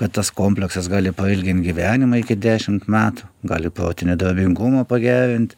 kad tas komplektas gali pailgint gyvenimą iki dešimt metų gali protinę dorovingumą pagerint